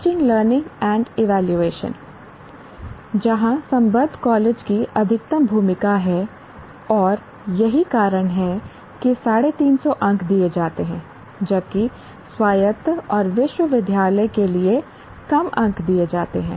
teaching learning और evaluation जहां संबद्ध कॉलेज की अधिकतम भूमिका है और यही कारण है कि 350 अंक दिए जाते हैं जबकि स्वायत्त और विश्वविद्यालय के लिए कम अंक दिए जाते हैं